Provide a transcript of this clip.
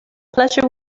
pleasure